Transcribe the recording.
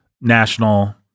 national